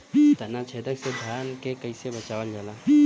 ताना छेदक से धान के कइसे बचावल जाला?